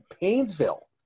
Painesville